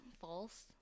False